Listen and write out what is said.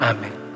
Amen